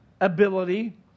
ability